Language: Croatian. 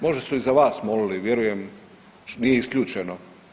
Možda su i za vas molili, vjerujem nije isključeno.